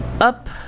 up